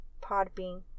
Podbean